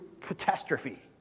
catastrophe